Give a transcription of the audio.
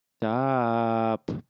Stop